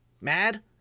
mad